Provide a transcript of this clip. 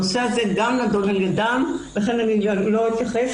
הנושא הזה גם נדון על ידם, לכן לא אתייחס.